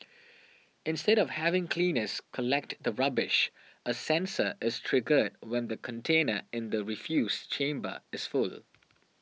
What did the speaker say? instead of having cleaners collect the rubbish a sensor is triggered when the container in the refuse chamber is full